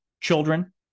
children